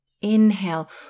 Inhale